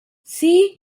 see